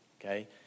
okay